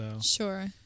Sure